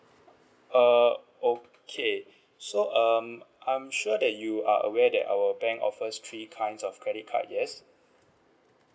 uh okay so um I'm sure that you are aware that our bank offers three kinds of credit card yes